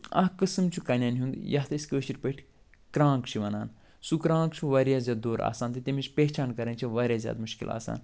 اکھ قٕسٕم چھُ کنٮ۪ن ہُنٛد یَتھ أسۍ کٲشِر پٲٹھۍ کرٛانٛک چھِ وَنان سُہ کرٛانٛک چھُ وارِیاہ زیادٕ دوٚر آسان تہٕ تَمِچ پہچان کَرٕنۍ چھِ وارِیاہ زیادٕ مُشکِل آسان